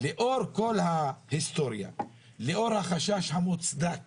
לאור כל ההיסטוריה והחשש המוצדק